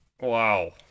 Wow